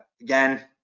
again